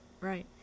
Right